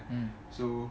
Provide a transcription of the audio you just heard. mmhmm